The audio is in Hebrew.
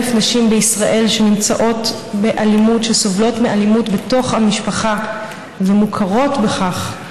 נשים בישראל שסובלות מאלימות בתוך המשפחה ומוכרות כך,